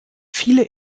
viele